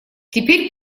теперь